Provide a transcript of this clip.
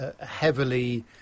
heavily